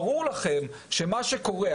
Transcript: ברור לכם שמה שקורה,